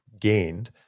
gained